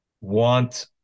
want